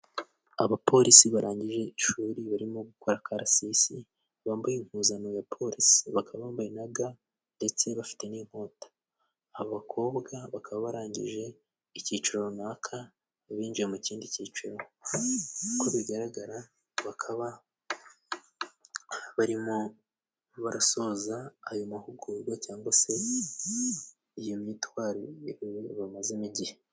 Abapolisi barangije ishuri barimo gukora karasisi，bambaye impuzankano ya polisi， bakaba bambaye na ga ndetse bafite n'inkota， abakobwa bakaba barangije icyiciro runaka， abinjiye mu kindi cyiciro uko bigaragara bakaba barimo barasoza ayo mahugurwa cyangwa se iyo myitwarire bamazemo igihe.